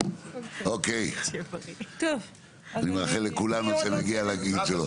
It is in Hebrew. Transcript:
אוקיי אני מאחל לכולנו שנגיע לגיל שלו.